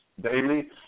daily